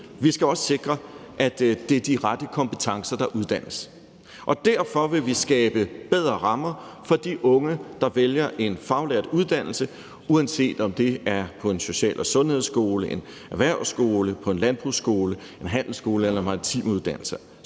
vi skal også sikre, at det er de rette kompetencer, der uddannes. Og derfor vil vi skabe bedre rammer for de unge, der vælger en faglært uddannelse, uanset om det er på en social- og sundhedsskole, en erhvervsskole, en landbrugsskole, en handelsskole eller en maritim uddannelse.